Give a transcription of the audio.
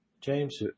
James